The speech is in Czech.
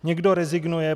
Někdo rezignuje.